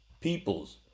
peoples